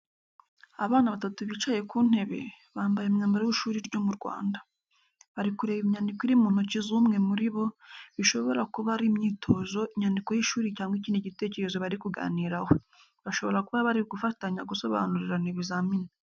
Abana batatu bicaye ku ntebe, bambaye umwambaro w’ishuri ryo mu Rwanda. Bari kureba inyandiko iri mu ntoki z’umwe muri bo, bishobora kuba ari imyitozo, inyandiko y’ishuri, cyangwa ikindi gitekerezo bari kuganiraho. Bashobora kuba bari gufatanya gusobanurirana ibizamini.